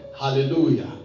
Hallelujah